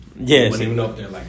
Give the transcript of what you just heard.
Yes